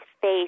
face